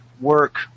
work